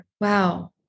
Wow